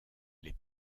les